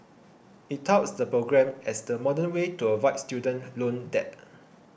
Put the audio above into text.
it touts the program as the modern way to avoid student loan debt